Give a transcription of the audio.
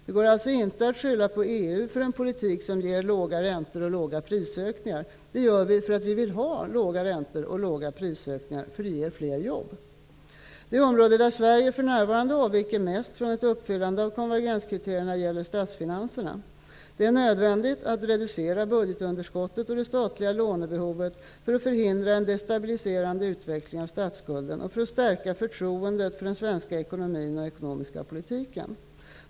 Det går alltså inte att skylla på EU för en politik som ger låga räntor och låga prisökningar; det gör vi för att vi vill ha låga räntor och låga prisökningar, för det ger fler jobb. Det område där Sverige för närvarande avviker mest från ett uppfyllande av konvergenskriterierna gäller statsfinanserna. Det är nödvändigt att reducera budgetunderskottet och det statliga lånebehovet för att förhindra en destabiliserande utveckling av statsskulden och för att stärka förtroendet för den svenska ekonomin och den ekonomiska politiken.